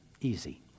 easy